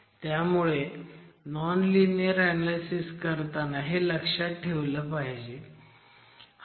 त्यामुळे non linear analysis करताना के लक्षात ठेवलं पाहिजे